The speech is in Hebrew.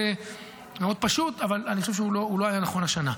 אבל אני חושב שהוא לא היה נכון השנה.